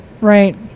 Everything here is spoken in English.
Right